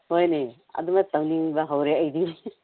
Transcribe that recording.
ꯍꯣꯏꯅꯦ ꯑꯗꯨꯃꯥꯏꯅ ꯇꯧꯅꯤꯡꯕ ꯍꯧꯔꯦ ꯑꯩꯗꯤ